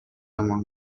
among